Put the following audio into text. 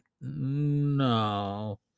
No